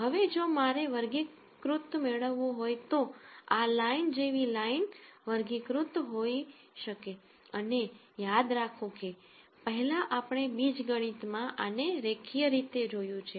હવે જો મારે વર્ગીકૃત મેળવવું હોય તો આ લાઇન જેવી લાઇન વર્ગીકૃત હોઈ શકે અને યાદ રાખો કે પહેલાં આપણે બીજગણિત માં આને રેખીય રીતે જોયું છે